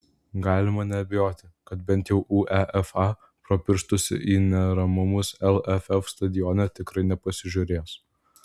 galima neabejoti kad bent jau uefa pro pirštus į neramumus lff stadione tikrai nepasižiūrės